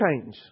change